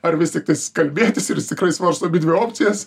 ar vis tiktais kalbėtis ir jis tikrai svarsto abidvi opcijas